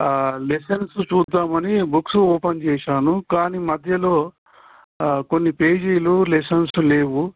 lessons చూద్దామని books open చేశాను కానీ మధ్యలో కొన్ని పేజీలు లెసెన్స్ లేవు